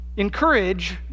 Encourage